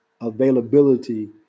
availability